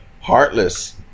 Heartless